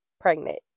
pregnant